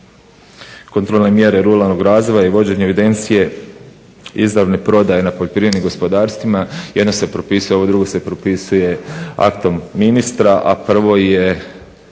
Kontrolne mjere ruralnog razvoja i vođenje evidencije, izravne prodaje nad poljoprivrednim gospodarstvima, jedno se propisuje, ovo drugo se propisuje aktom ministra, a prvo je